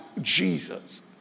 Jesus